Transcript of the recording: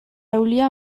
eulia